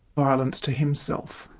violence to himself.